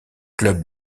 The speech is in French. clubs